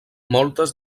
moltes